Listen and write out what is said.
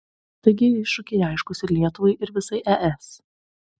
taigi iššūkiai aiškūs ir lietuvai ir visai es